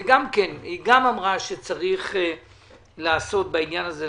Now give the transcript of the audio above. וגם היא אמרה שצריך לעשות משהו בעניין הזה.